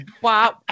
wow